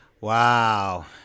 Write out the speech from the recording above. Wow